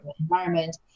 environment